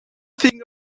thing